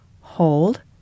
Hold